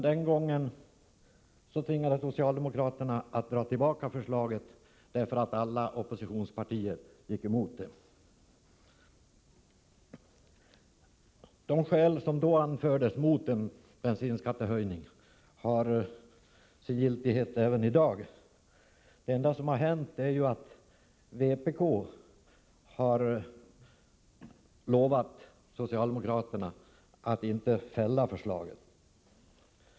Den gången var socialdemokraterna tvungna att dra tillbaka förslaget, därför att alla oppositionspartierna gick emot det. De skäl som då anfördes mot en bensinskattehöjning har sin giltighet även i dag. Det enda som har hänt är att vpk har lovat socialdemokraterna att inte fälla förslaget.